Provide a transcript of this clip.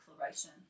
Declaration